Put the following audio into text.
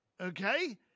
Okay